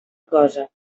cosa